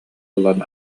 ылан